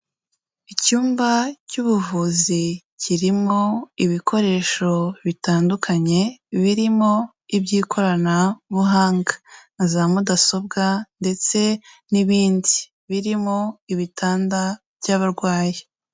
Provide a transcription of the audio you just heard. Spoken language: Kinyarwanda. Icyumba cy'ubuvuzi kirimo ibikoresho bitandukanye, birimo iby'ikoranabuhanga, na za Mudasobwa, ndetse n'ibindi birimo ibitanda by'abarwayi.